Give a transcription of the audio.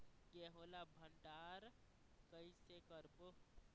गेहूं ला भंडार कई से करबो?